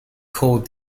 called